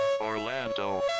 Orlando